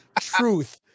truth